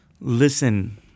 Listen